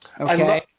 Okay